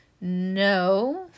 no